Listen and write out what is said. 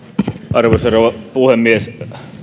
arvoisa rouva puhemies